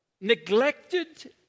neglected